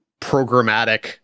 programmatic